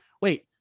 Wait